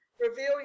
reveal